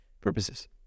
purposes